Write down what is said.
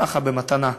ככה במתנה.